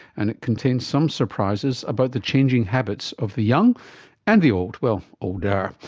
and it contained some surprises about the changing habits of the young and the old, well, older.